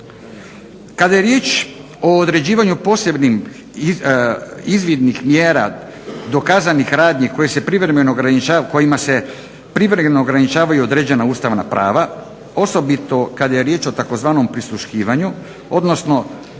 Kada je riječ o određivanju posebnih izvidnih mjera dokazanih radnji kojima se privremeno ograničavaju određena ustavna prava osobito kada je riječ o tzv. "prisluškivanju", odnosno